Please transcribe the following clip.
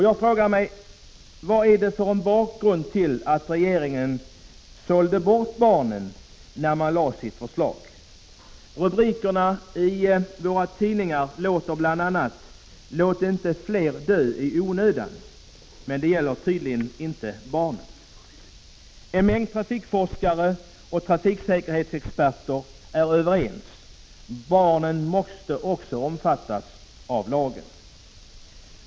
Jag frågar mig: Vad är bakgrunden till att regeringen sålde bort barnen när den lade fram sitt förslag? Rubrikerna i våra tidningar lyder bl.a.: Låt inte fler dö i onödan? Men det gäller tydligen inte barnen. En mängd trafikforskare och trafiksäkerhetsexperter är överens — barnen måste också omfattas av lagen.